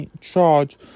charge